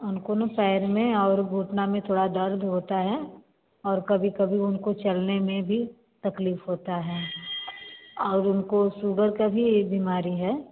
उनको ना पैर में और घुटना में थोड़ा दर्द होता है और कभी कभी उनको चलने में भी तकलीफ़ होता है और उनको सुगर का भी बीमारी है